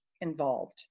involved